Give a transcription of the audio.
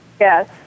Yes